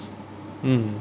mm